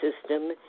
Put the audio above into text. system